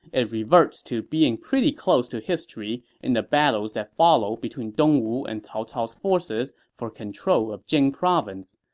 it reverts to being pretty close to history in the battles that followed between dongwu and cao cao's forces for control of jing province.